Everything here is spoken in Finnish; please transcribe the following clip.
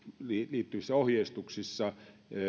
liittyvissä ohjeistuksissa